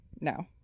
no